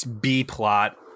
B-plot